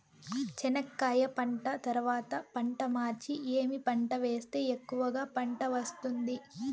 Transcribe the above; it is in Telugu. చెనక్కాయ పంట తర్వాత పంట మార్చి ఏమి పంట వేస్తే ఎక్కువగా పంట వస్తుంది?